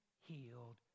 healed